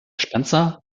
spencer